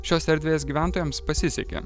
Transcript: šios erdvės gyventojams pasisekė